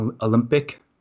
Olympic